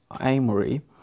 Amory